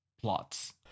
plots